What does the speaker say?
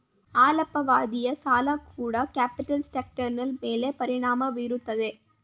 ಅಲ್ಪಾವಧಿಯ ಸಾಲ ಕೂಡ ಕ್ಯಾಪಿಟಲ್ ಸ್ಟ್ರಕ್ಟರ್ನ ಮೇಲೆ ಪರಿಣಾಮ ಬೀರುತ್ತದೆ